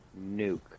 nuke